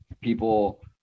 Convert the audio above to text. people